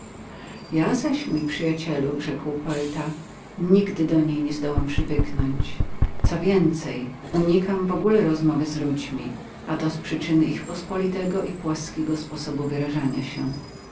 ja zaś mój przyjaciela rzekł poeta nigdy do niej nie zdołam przywyknąć co więcej unikam w ogóle rozmowy z ludźmi a to z przyczyny ich pospolitego i płaskiego sposobu wyrażania się